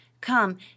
come